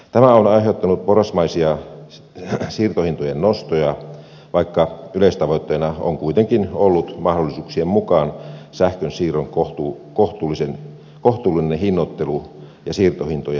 tämä on aiheuttanut porrasmaisia siirtohintojen nostoja vaikka yleistavoitteena on kuitenkin ollut mahdollisuuksien mukaan sähkönsiirron kohtuullinen hinnoittelu ja siirtohintojen vakaus